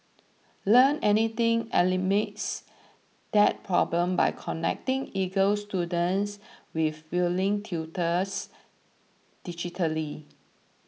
Learn Anything eliminates that problem by connecting eager students with willing tutors digitally